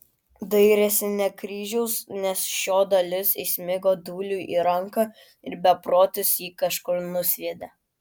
dairėsi ne kryžiaus nes šio dalis įsmigo dūliui į ranką ir beprotis jį kažkur nusviedė